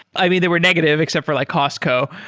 i mean, they were negative except for like costco,